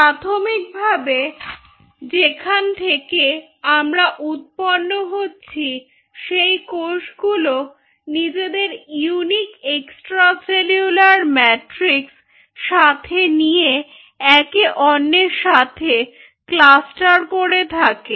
প্রাথমিকভাবে যেখান থেকে আমরা উৎপন্ন হচ্ছি সেই কোষগুলি নিজেদের ইউনিক এক্সট্রা সেলুলার ম্যাট্রিক্স সাথে নিয়ে একে অন্যের সাথে ক্লাস্টার করে থাকে